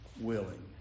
willing